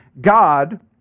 God